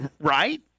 right